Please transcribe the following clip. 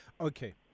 okay